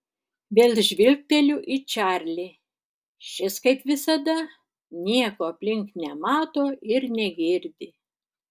vėl žvilgteliu į čarlį šis kaip visada nieko aplink nemato ir negirdi